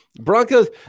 Broncos